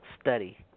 study